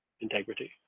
integrity